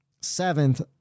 seventh